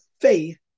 faith